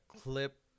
clip